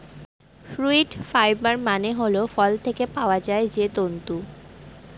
fruit fibre মানে হল ফল থেকে পাওয়া যায় যে তন্তু